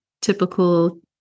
typical